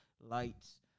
Lights